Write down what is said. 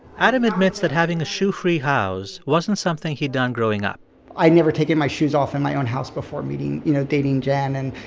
adam admits that having a shoe-free house wasn't something he'd done growing up i had never taken my shoes off in my own house before meeting you know, dating jen. and,